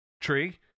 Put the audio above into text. tree